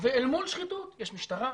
ואל מול שחיתות יש משטרה,